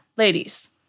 Ladies